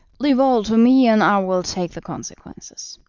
leave all to me, and i will take the consequences.